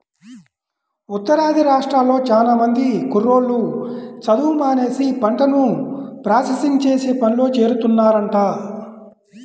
ఉత్తరాది రాష్ట్రాల్లో చానా మంది కుర్రోళ్ళు చదువు మానేసి పంటను ప్రాసెసింగ్ చేసే పనిలో చేరుతున్నారంట